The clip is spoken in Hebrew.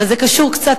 אבל זה קשור קצת,